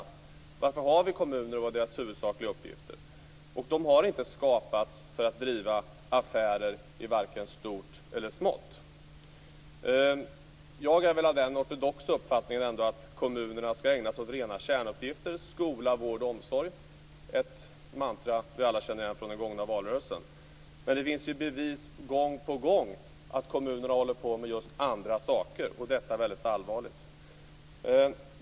Varför har vi kommuner, och vad är deras huvudsakliga uppgifter? De har inte skapats för att driva affärer, varken i stort eller smått. Jag är av den ortodoxa uppfattningen att kommunerna skall ägna sig åt rena kärnuppgifter, nämligen skola, vård och omsorg. Det är ett mantra som vi alla känner igen från den gångna valrörelsen. Men det kommer ju gång på gång bevis på att kommunerna håller på med andra saker. Detta är mycket allvarligt.